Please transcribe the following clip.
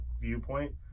viewpoint